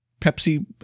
Pepsi